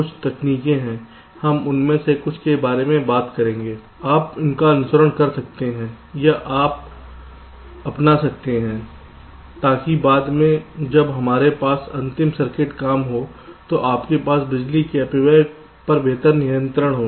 कुछ तकनीकें हैं हम उनमें से कुछ के बारे में बात करेंगे आप उनका अनुसरण कर सकते हैं या अपना सकते हैं ताकि बाद में जब हमारे पास अंतिम सर्किट काम हो तो आपके पास बिजली के अपव्यय पर बेहतर नियंत्रण हो